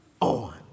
on